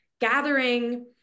gathering